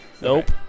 Nope